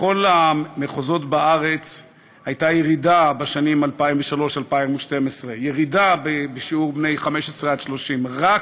בכל המחוזות בארץ הייתה ירידה בשנים 2003 2012 בשיעור בני 15 30. רק